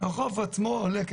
החוף עצמו עולה כסף.